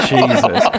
Jesus